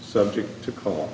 subject to call